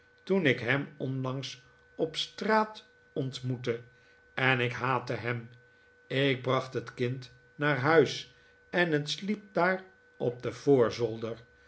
toen ik hem onlangs op straat ontmoette en ik haatte hem ik bracht het kind naar huis en het sliep daar op den voorzolder